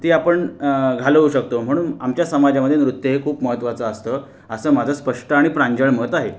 ती आपण घालवू शकतो म्हणून आमच्या समाजामध्ये नृत्य हे खूप महत्वाचं असतं असं माझं स्पष्ट आणि प्रांजळ मत आहे